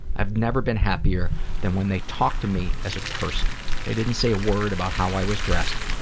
i've never been happier than when they talked to me as a person. they didn't say a word about how i was dressed.